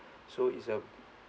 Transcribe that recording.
so it's a